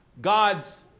God's